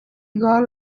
gol